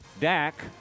Dak